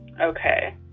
Okay